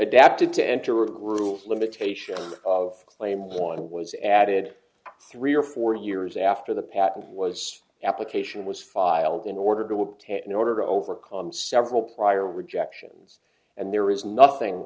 adapted to enter of rules limitation of claims one was added three or four years after the patent was application was filed in order to obtain an order to overcome several prior rejections and there is nothing